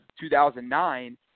2009